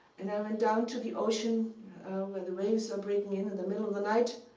and i went down to the ocean where the waves are breaking in, in the middle of the night.